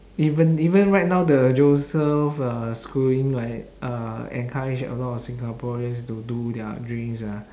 even even right now the joseph uh schooling right uh encourage a lot of singaporeans to do their dreams ah